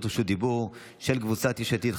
רשות דיבור של קבוצת סיעת יש עתיד,